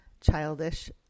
childish